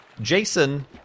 Jason